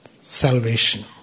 salvation